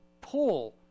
pull